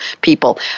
people